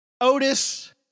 Otis